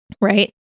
right